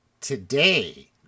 today